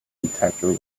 detector